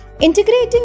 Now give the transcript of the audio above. integrating